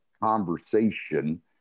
conversation